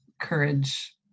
courage